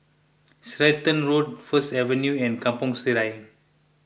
Stratton Road First Avenue and Kampong Sireh